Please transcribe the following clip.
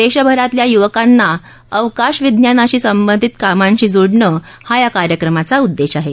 देशभरातल्या युवकांना अवकाश विज्ञानाशी संबंधित कामांशी जोडण हा या कार्यक्रमाचा उद्देश आहे